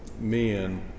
men